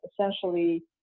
essentially